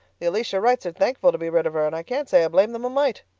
the elisha wrights are thankful to be rid of her, and i can't say i blame them a mite.